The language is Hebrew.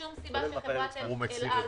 אין שום סיבה שחברה אל על